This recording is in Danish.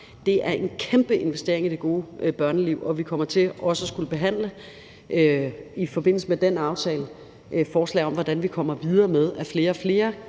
Det er en kæmpe investering i det gode børneliv, og vi kommer til også i forbindelse med den aftale at skulle behandle et forslag om, hvordan vi kommer videre med, at flere og flere